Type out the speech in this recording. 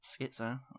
Schizo